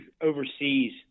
overseas